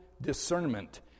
discernment